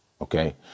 Okay